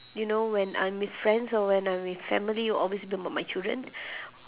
you know when I'm with friends or when I'm with family will always be about my children